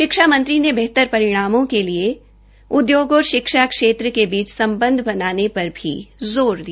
शिक्षा मंत्री ने बेहतर परिणामों के लिए उद्वयोग और शिक्षा क्षेत्र क बीच सम्बंध बनाने पर भी जोर दिया